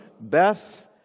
Beth